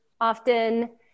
often